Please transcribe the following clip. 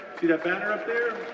see that banner up there?